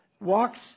walks